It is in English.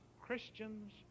Christians